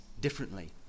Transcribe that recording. differently